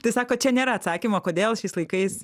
tai sakot čia nėra atsakymo kodėl šiais laikais